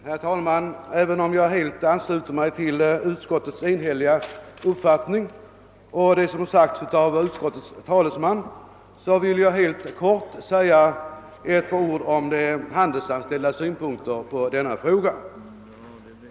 Herr talman! Även om jag helt ansluter mig till utskottets enhälliga uppfattning och det som har sagts av utskottets talesman, vill jag helt kort säga ett par ord om de handelsanställdas synpunkter på denna fråga.